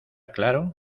claro